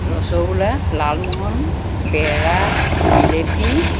rasgulla lalmohan pera jalebi